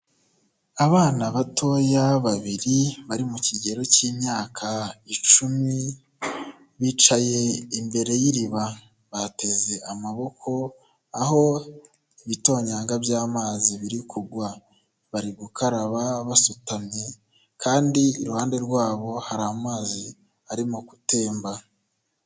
Abana batoya babiri bari mu kigero cy'imyaka icumi ,bicaye imbere y'iriba bateze amaboko aho ibitonyanga by'amazi biri kugwa, bari gukaraba basutamye kandi iruhande rwabo hari amazi arimo gutemba.